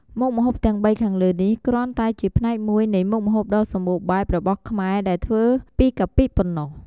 មុខម្ហូបទាំងបីខាងលើនេះ គ្រាន់តែជាផ្នែកមួយនៃមុខម្ហូបដ៏សម្បូរបែបរបស់ខ្មែរដែលធ្វើពីកាពិប៉ុណ្ណោះ។